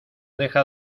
deja